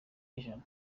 ijana